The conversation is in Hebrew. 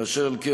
אשר על כן,